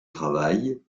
travail